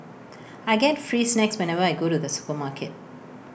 I get free snacks whenever I go to the supermarket